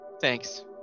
Thanks